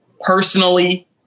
personally